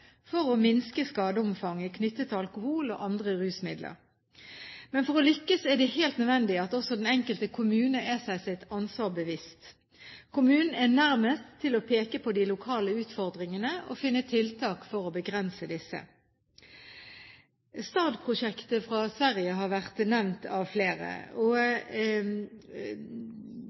for å minske skadeomfanget knyttet til alkohol og andre rusmidler. Men for å lykkes er det helt nødvendig at også den enkelte kommune er seg sitt ansvar bevisst. Kommunen er nærmest til å peke på de lokale utfordringene og finne tiltak for å begrense disse. STAD-prosjektet i Sverige har vært nevnt av flere.